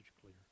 clear